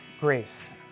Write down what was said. grace